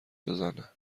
بزنه